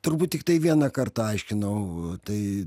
turbūt tiktai vieną kartą aiškinau tai